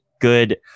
good